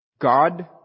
God